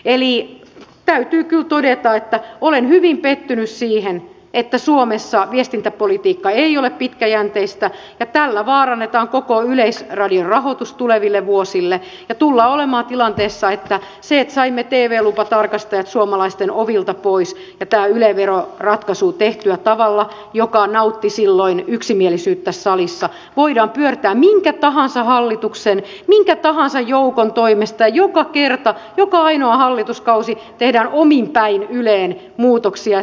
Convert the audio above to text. eli täytyy kyllä todeta että olen hyvin pettynyt siihen että suomessa viestintäpolitiikka ei ole pitkäjänteistä ja tällä vaarannetaan koko yleisradion rahoitus tuleville vuosille ja tullaan olemaan tilanteessa että se että saimme tv lupatarkastajat suomalaisten ovilta pois ja tämän yle veroratkaisun tehtyä tavalla joka nautti silloin yksimielisyyttä tässä salissa voidaan pyörtää minkä tahansa hallituksen minkä tahansa joukon toimesta ja joka kerta joka ainoa hallituskausi tehdään omin päin yleen muutoksia